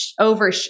over